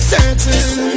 certain